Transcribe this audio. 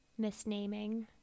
misnaming